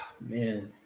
man